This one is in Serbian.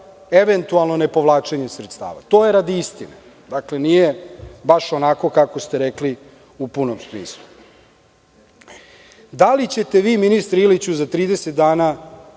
eventualno nepovlačenje sredstava. To je radi istine. Dakle, nije baš onako kako ste rekli u punom smislu. Da li ćete vi, ministre Iliću, za 30 dana